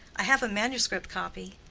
i have a manuscript copy.